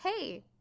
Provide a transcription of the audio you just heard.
hey